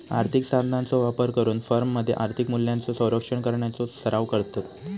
आर्थिक साधनांचो वापर करून फर्ममध्ये आर्थिक मूल्यांचो संरक्षण करण्याचो सराव करतत